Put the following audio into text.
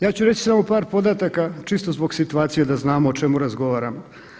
Ja ću reći samo par podataka čisto zbog situacije da znamo o čemu razgovaramo.